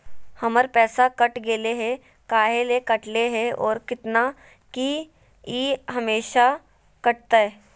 हमर पैसा कट गेलै हैं, काहे ले काटले है और कितना, की ई हमेसा कटतय?